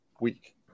week